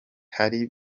hari